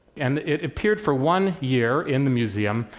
and it appeared for one year in the museum,